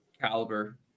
caliber